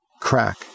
crack